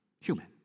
human